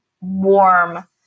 warm